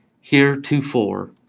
heretofore